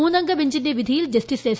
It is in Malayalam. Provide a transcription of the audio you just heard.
മൂന്നംഗ ബെഞ്ചിന്റെ വിധിയിൽ ജസ്റ്റിസ് എസ്